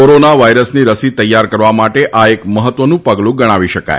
corona વાયરસની રસી તૈયાર કરવા માટે આ એક મહત્વનું પગલું ગણાવી શકાય